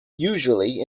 usually